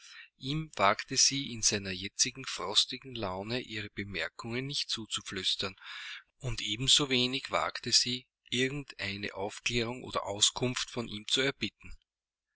ihm wagte sie in seiner jetzigen frostigen laune ihre bemerkungen nicht zuzuflüstern und ebensowenig wagte sie irgend eine aufklärung oder auskunft von ihm zu erbitten